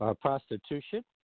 prostitution